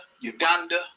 Uganda